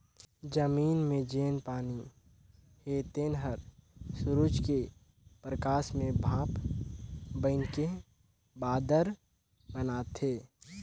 जमीन मे जेन पानी हे तेन हर सुरूज के परकास मे भांप बइनके बादर बनाथे